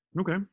Okay